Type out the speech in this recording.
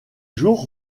jours